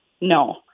no